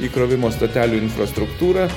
į krovimo stotelių infrastruktūrą